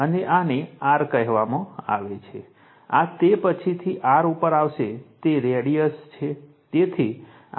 અને આને r કહેવામાં આવે છે આ તે પછીથી r ઉપર આવશે તે રેડિયસ છે